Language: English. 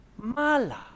mala